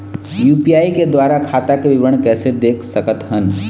UPI के द्वारा खाता के विवरण कैसे देख सकत हन?